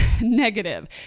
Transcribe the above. Negative